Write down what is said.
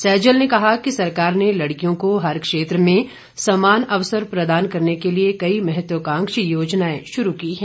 सैजल ने कहा कि सरकार ने लड़कियों को हर क्षेत्र में समान अवसर प्रदान करने के लिए कई महत्वाकांक्षी योजनाए शुरू की हैं